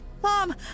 Mom